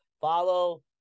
Follow